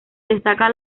destaca